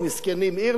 מסכנים אירלנד,